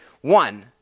One